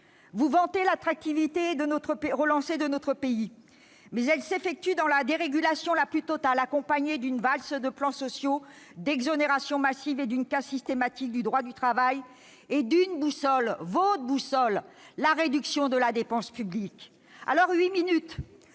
la relance de l'attractivité de notre pays, mais elle s'effectue dans la dérégulation la plus totale, accompagnée d'une valse de plans sociaux, d'exonérations massives et d'une casse systématique du droit du travail, votre cap étant la réduction de la dépense publique. Huit minutes